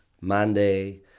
Monday